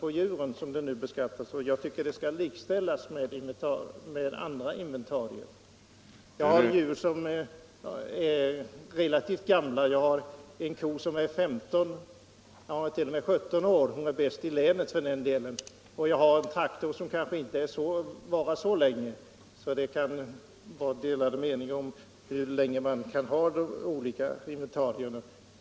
Jag tycker att de skall likställas med andra inventarier. Jag har djur som är relativt gamla, t.ex. en ko som är 17 år. Hon är bäst i livstidsproduktion i länet för den delen. Och jag har en traktor som kanske inte kan användas lika länge. Det kan alltså vara delade meningar om hur länge man kan ha olika inventarier.